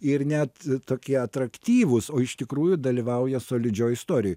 ir net tokie atraktyvūs o iš tikrųjų dalyvauja solidžioj istorijoj